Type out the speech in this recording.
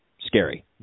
scary